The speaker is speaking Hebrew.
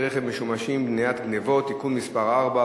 רכב משומשים (מניעת גנבות) (תיקון מס' 4,